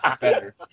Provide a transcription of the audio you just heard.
better